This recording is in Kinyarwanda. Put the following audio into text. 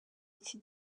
iki